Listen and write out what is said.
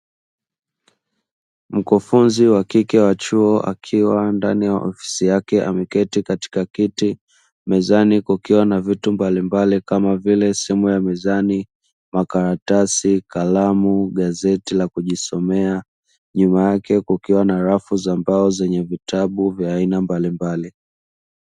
Mkufunzi wa kike wa chuo akiwa ndani ya ofisi yake ameketi katika kiti, mezani kukiwa na vitu mbalimbali kama vile: simu ya mezani, makaratasi, kalamu, gazeti la kujisomea; nyuma yake kukiwa na rafu za mbao zenye vitabu vya aina mbalimbali.